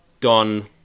don